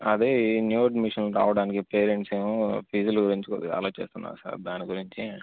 అదే new admission రావడానికి parents ఏమో ఫీజుల గురించి కొంచం ఆలోచిస్తున్నారు సార్ దాని గురించి